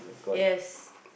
yes